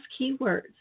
keywords